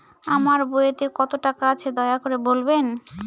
আমার বইতে কত টাকা আছে দয়া করে বলবেন?